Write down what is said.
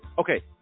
Okay